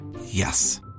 Yes